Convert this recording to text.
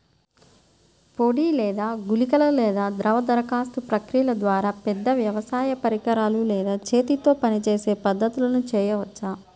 పొడి లేదా గుళికల లేదా ద్రవ దరఖాస్తు ప్రక్రియల ద్వారా, పెద్ద వ్యవసాయ పరికరాలు లేదా చేతితో పనిచేసే పద్ధతులను చేయవచ్చా?